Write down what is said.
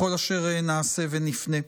בכל אשר נעשה ונפנה.